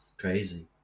crazy